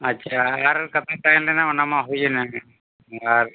ᱟᱪᱪᱷᱟ ᱟᱨ ᱠᱟᱛᱷᱟ ᱛᱟᱦᱮᱸ ᱞᱮᱱᱟ ᱚᱱᱟᱢᱟ ᱦᱩᱭᱮᱱᱟ ᱟᱨ